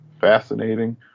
fascinating